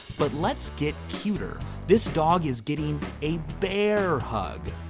but let's get cuter. this dog is getting a bear hug.